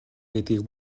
гэдгийг